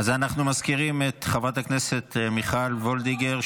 אז אנחנו מזכירים את חברת הכנסת מיכל וולדיגר,